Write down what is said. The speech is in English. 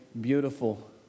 beautiful